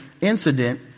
incident